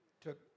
Took